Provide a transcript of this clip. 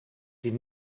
die